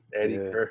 Eddie